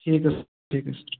ٹھیٖک حظ چھُ ٹھیٖک حظ چھُ